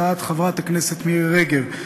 הצעת חברת הכנסת מירי רגב,